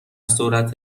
سرعت